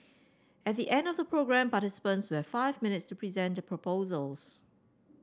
at the end of the programme participants will have five minutes to present the proposals